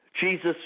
Jesus